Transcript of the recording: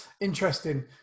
interesting